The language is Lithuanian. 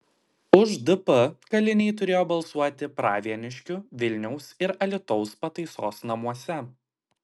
už dp kaliniai turėjo balsuoti pravieniškių vilniaus ir alytaus pataisos namuose